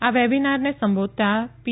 આ વેબનારને સંબોધતા પી